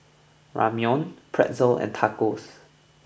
Ramyeon Pretzel and Tacos